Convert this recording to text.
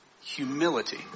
humility